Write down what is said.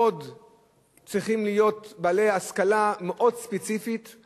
צריכים להיות בעלי השכלה ספציפית מאוד,